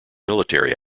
military